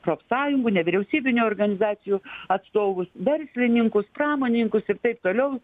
profsąjungų nevyriausybinių organizacijų atstovus verslininkus pramonininkus ir taip toliau